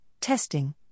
testing